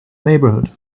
neighbourhood